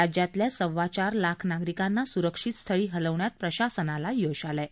राज्यातल्या सव्वा चार लाख नागरिकांना स्रक्षितस्थळी हलवण्यात प्रशासनाला यश आलं आहे